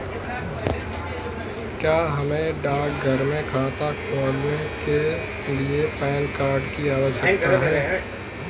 क्या हमें डाकघर में खाता खोलने के लिए पैन कार्ड की आवश्यकता है?